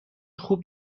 خوب